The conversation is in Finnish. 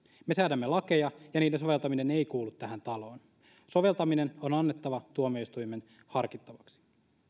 me säädämme lakeja ja niiden soveltaminen ei kuulu tähän taloon soveltaminen on annettava tuomioistuimen harkittavaksi